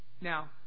Now